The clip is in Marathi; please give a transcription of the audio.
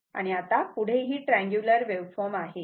आणि आता पुढे ही ट्रँग्युलर वेव्हफॉर्म आहे